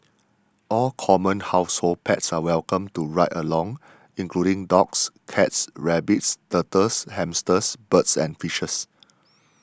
all common household pets are welcome to ride along including dogs cats rabbits turtles hamsters birds and fishes